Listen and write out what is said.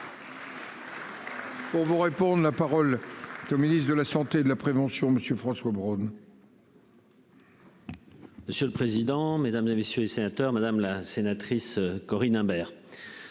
Pour vous répondre. La parole au ministre de la Santé et de la prévention. Monsieur François Braun.--